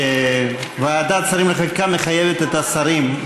שוועדת שרים לחקיקה מחייבת את השרים,